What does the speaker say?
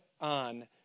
on